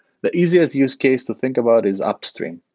the easiest use case to think about is upstream.